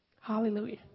Hallelujah